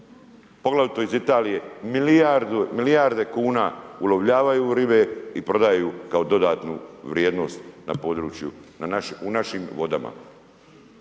poglavito iz Italije milijarde kuna ulovljavaju ribe i prodaju kao dodatnu vrijednost na području, u našim vodama.